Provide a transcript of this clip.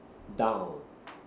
down